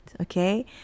okay